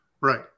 Right